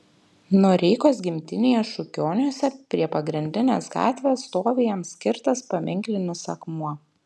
noreikos gimtinėje šukioniuose prie pagrindinės gatvės stovi jam skirtas paminklinis akmuo